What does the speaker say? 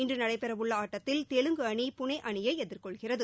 இன்று நடைபெறவுள்ள ஆட்டத்தில் தெலுங்கு அணி புனே அணியை எதிர் கொள்கிறது